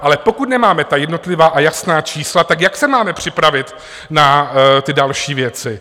Ale pokud nemáme ta jednotlivá a jasná čísla, tak jak se máme připravit na ty další věci?